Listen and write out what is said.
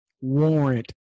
warrant